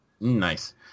Nice